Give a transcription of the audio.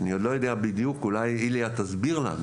אני עוד לא יודע בדיוק, אולי איליה יסביר לנו